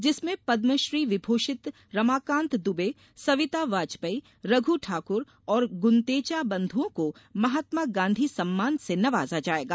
जिसमें पदमश्री विभूषित रमाकान्त दुबे सविता वाजपेयी रघू ठाकुर और गुन्देचा बन्धुओं को महात्मा गाँधी सम्मान से नवाजा जायेगा